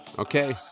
Okay